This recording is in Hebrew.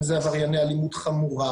אם זה עברייני אלימות חמורה,